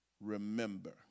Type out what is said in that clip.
remember